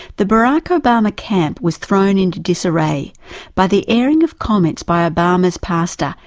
the barack obama camp was thrown into disarray by the airing of comments by obama's pastor,